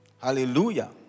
Hallelujah